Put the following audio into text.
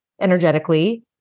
energetically